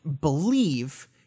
believe